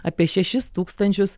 apie šešis tūkstančius